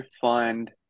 find